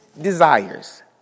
desires